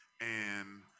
And-